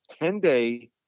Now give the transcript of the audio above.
10-day